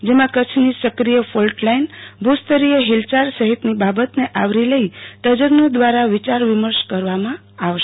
જેમાં કચ્છની સક્રિય ફોલ્ટલાઈન ભુસ્તરીય હિલચાલ સહિતની બાબતન આવરી લ ઈ તજજ્ઞો દવારા વિચાર વિમર્શ કરવામાં આવશ